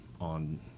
on